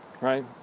right